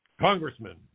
congressman